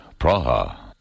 Praha